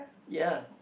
ya